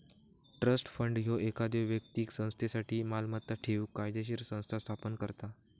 trust fund ह्यो एखाद्यो व्यक्तीक संस्थेसाठी मालमत्ता ठेवूक कायदोशीर संस्था स्थापन करता